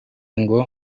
ngo